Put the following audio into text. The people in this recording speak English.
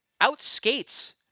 outskates